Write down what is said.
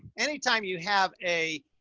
anytime you have a,